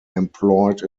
employed